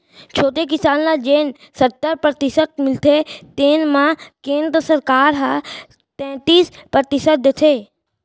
छोटे किसान ल जेन सत्तर परतिसत मिलथे तेन म केंद्र सरकार ह तैतीस परतिसत देथे